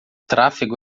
tráfego